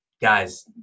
guys